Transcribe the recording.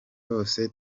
bose